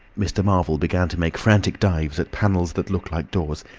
mr. marvel began to make frantic dives at panels that looked like doors.